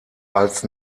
als